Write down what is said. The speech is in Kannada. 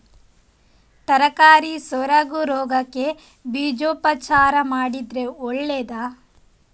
ತರಕಾರಿ ಸೊರಗು ರೋಗಕ್ಕೆ ಬೀಜೋಪಚಾರ ಮಾಡಿದ್ರೆ ಒಳ್ಳೆದಾ?